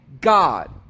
God